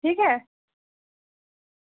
ठीक ऐ